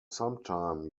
sometime